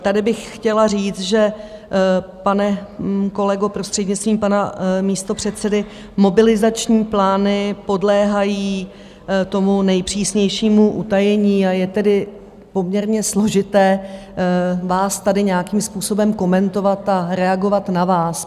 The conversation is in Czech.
Tady bych chtěla říct, že, pane kolego, prostřednictvím pana místopředsedy, mobilizační plány podléhají tomu nejpřísnějšímu utajení, a je tedy poměrně složité vás tady nějakým způsobem komentovat a reagovat na vás.